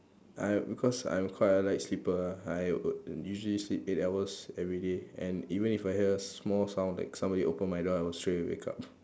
I because I'm quite a light sleeper ah I usually sleep eight hours every day and even if I hear small sound like somebody open my door I will straightaway wake up